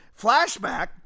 flashback